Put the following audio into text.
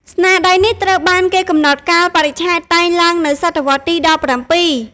ស្នាដៃនេះត្រូវបានគេកំណត់កាលបរិច្ឆេទតែងឡើងនៅសតវត្សរ៍ទី១៧។